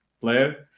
player